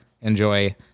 enjoy